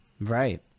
Right